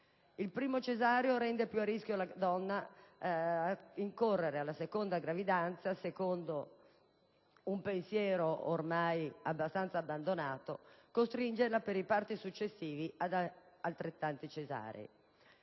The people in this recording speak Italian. Il primo cesareo rende più a rischio la donna che incorre nella seconda gravidanza, secondo un pensiero ormai largamente abbandonato, costringendola per i parti successivi ad altrettanti cesarei.